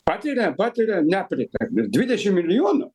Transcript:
patiria patiria nepriteklių dvidešim milijonų